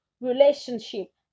relationship